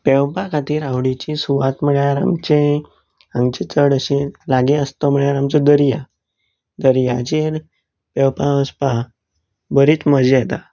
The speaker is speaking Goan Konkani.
पेंवपा खातीर आवडीची सुवात म्हळ्यार आमचें एक आमचे चड अशें लागी आसा तो म्हळ्यार आमचो दर्या दर्याचेर पेंवपाक वचपाक बरीच मजा येता